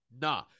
Nah